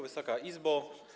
Wysoka Izbo!